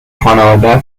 خانواده